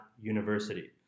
University